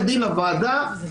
ד"ר בקשי,